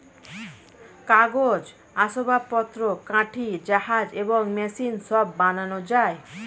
কাগজ, আসবাবপত্র, কাঠি, জাহাজ এবং মেশিন সব বানানো যায়